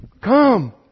come